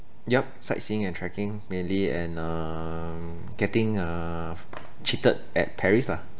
yup sightseeing and trekking mainly and um getting uh cheated at Paris lah